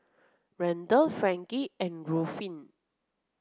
Randel Frankie and Ruffin